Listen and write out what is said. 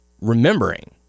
remembering